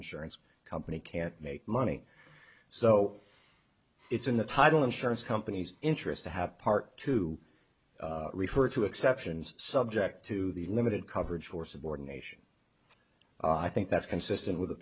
insurance company can't make money so it's in the title insurance company's interest to have part two refer to exceptions subject to the limited coverage or subordination i think that's consistent with the